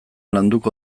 landuko